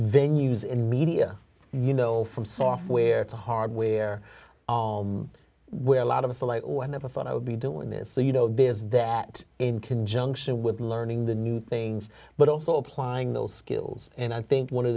venue's in media you know from software to hardware all where a lot of us ally or i never thought i would be doing this so you know there's that in conjunction with learning the new things but also applying those skills and i think one of